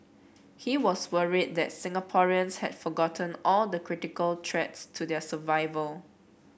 he was worried that Singaporeans had forgotten all the critical threats to their survival